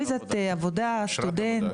סטודנט,